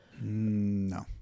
no